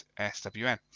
SWN